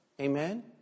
Amen